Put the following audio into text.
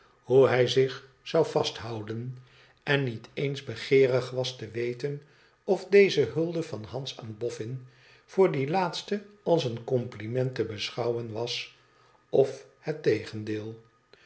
hoe hij zich zou vasthouden en niet eens begeerig was te weten of deze hulde van hans aan boffin voor dien laatsten als een compliment te beschouwen was of het tegendeel